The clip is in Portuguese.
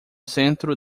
centro